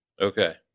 Okay